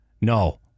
No